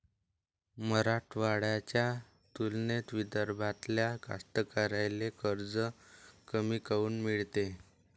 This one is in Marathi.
मराठवाड्याच्या तुलनेत विदर्भातल्या कास्तकाराइले कर्ज कमी काऊन मिळते?